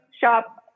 shop